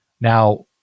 Now